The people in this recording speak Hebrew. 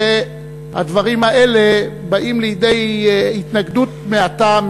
שהדברים האלה באים לידי התנגדות מהטעם,